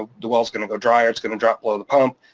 ah the well's gonna go dry or it's gonna drop below the pump,